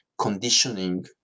conditioning